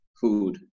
food